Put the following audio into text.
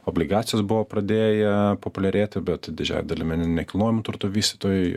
obligacijos buvo pradėję populiarėti bet didžiąja dalimi nekilnojamo turto vystytojai